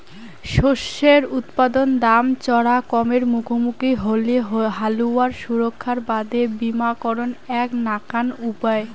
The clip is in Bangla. শস্যের উৎপাদন দাম চরা কমের মুখামুখি হলি হালুয়ার সুরক্ষার বাদে বীমাকরণ এ্যাক নাকান উপায়